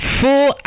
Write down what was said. full